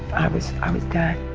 i was i was done.